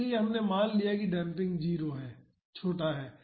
इसलिए हमने मान लिया कि डेम्पिंग 0 है छोटा है